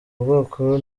bwoko